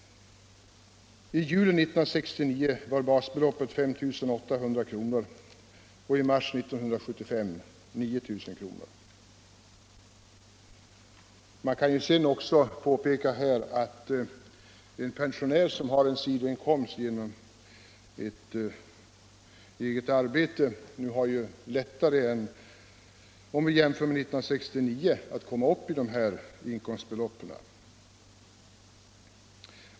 I juli 1969 var basbeloppet 5 800 kr. och i mars 1975 9 000 kr. Man kan även påpeka att en pensionär som har en sidoinkomst genom eget arbete nu har lättare än under 1969 att komma upp i dessa inkomstbelopp.